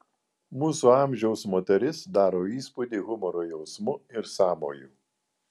mūsų amžiaus moteris daro įspūdį humoro jausmu ir sąmoju